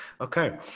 Okay